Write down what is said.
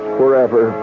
forever